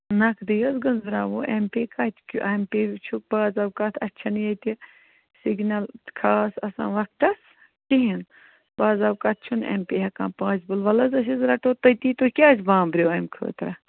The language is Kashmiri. نقدٕے حظ گٔنٛزراوو اٮ۪م پے کَتہٕ اٮ۪م پے وٕچھِو بعض اوقات اَسہِ چھَنہِ ییٚتہِ سِگنل خاص آسان وقتس کہیٖنۍ بعض اوقات چھُنہٕ اٮ۪م پے ہٮ۪کان پاسِبٕل وَلہٕ حظ أسۍ حظ رٹو تٔتی تُہۍ کیٛازِ بامبریوٕ اَمہٕ خٲطرٕ